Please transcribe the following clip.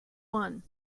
one